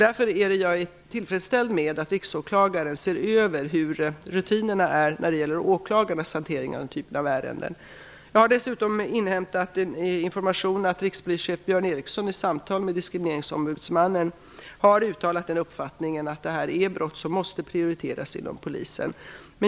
Därför är jag tillfredsställd med att riksåklagaren kommer att se över rutinerna när det gäller åklagarnas hantering av den här typen av ärenden. Jag har dessutom inhämtat information om att rikspolischef Björn Eriksson i samtal med diskrimineringsombudsmannen har uttalat den uppfattningen att detta är brott som måste prioriteras inom polisen.